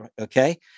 Okay